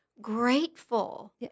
grateful